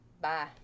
Bye